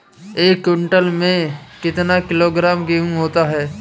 एक क्विंटल में कितना किलोग्राम गेहूँ होता है?